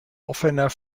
offener